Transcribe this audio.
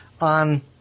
on